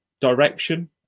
direction